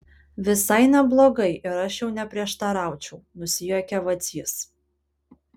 visai neblogai ir aš jau neprieštaraučiau nusijuokė vacys